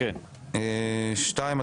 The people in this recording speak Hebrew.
מ/1624,